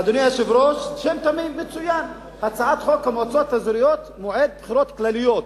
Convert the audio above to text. אדוני היושב-ראש: הצעת חוק המועצות האזוריות (מועד בחירות כלליות).